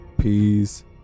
Peace